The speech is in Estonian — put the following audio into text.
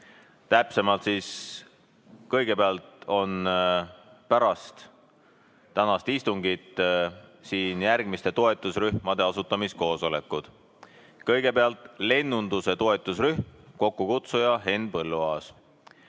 Täpsemalt, pärast tänast istungit on siin järgmiste toetusrühmade asutamiskoosolekud. Kõigepealt, lennunduse toetusrühm, kokkukutsuja Henn Põlluaas.